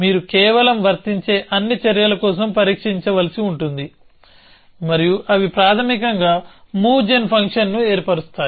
మీరు కేవలం వర్తించే అన్ని చర్యల కోసం పరీక్షించవలసి ఉంటుంది మరియు అవి ప్రాథమికంగా మూవ్ జెన్ ఫంక్షన్ను ఏర్పరుస్తాయి